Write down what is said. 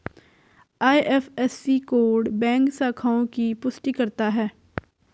IFSC code bank शाखाओं की पुष्टि करता है